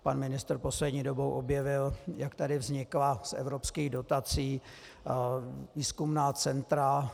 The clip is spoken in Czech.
Pan ministr poslední dobou objevil, jak tady vznikla z evropských dotací výzkumná centra.